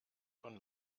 von